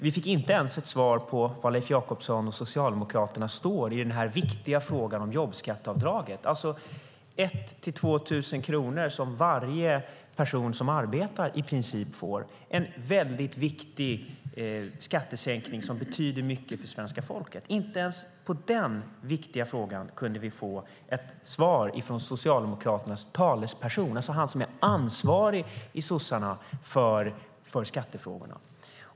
Vi fick inte ens svar på var Leif Jakobsson och Socialdemokraterna står i den viktiga frågan om jobbskatteavdraget, alltså 1 000-2 000 kronor som i princip varje person som arbetar får. Det är en väldigt viktig skattesänkning som betyder mycket för svenska folket. Inte ens på den viktiga frågan kunde vi få ett svar från Socialdemokraternas talesperson, som alltså är den bland sossarna som är ansvarig för skattefrågorna.